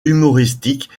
humoristiques